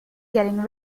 getting